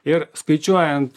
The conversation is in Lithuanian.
ir skaičiuojant